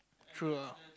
throughout